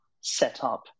setup